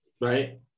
right